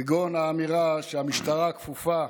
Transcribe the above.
כגון האמירה שהמשטרה כפופה,